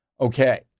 Okay